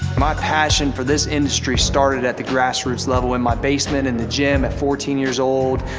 my passion for this industry started at the grassroots level in my basement, in the gym, at fourteen years old,